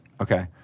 Okay